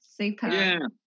super